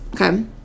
Okay